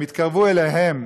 והם התקרבו אליהם,